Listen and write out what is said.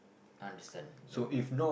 I understand the but